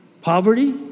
poverty